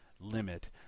limit